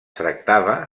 tractava